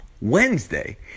wednesday